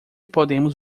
podemos